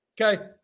Okay